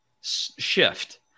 shift